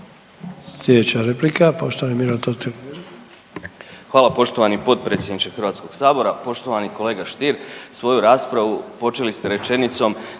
Slijedeća replika poštovani Miro